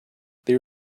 there